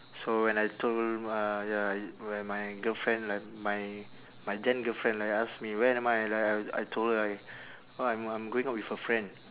so when I told uh ya i~ when my girlfriend like my my then girlfriend like ask me where am I like I I told her I oh I'm I'm going out with a friend